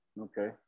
Okay